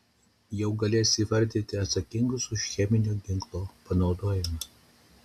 jau galės įvardyti atsakingus už cheminio ginklo panaudojimą